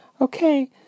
Okay